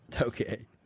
Okay